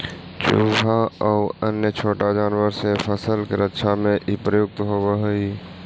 चुहा आउ अन्य छोटा जानवर से फसल के रक्षा में इ प्रयुक्त होवऽ हई